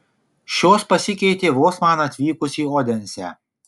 šios pasikeitė vos man atvykus į odensę